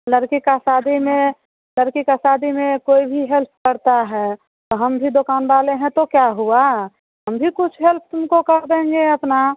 लड़की का शादी में लड़की का शादी में कोई भी हैल्प करता है तो हम भी दुकान वाले हैं तो क्या हुआ हम भी कुछ हैल्प तुमको कर देंगे अपना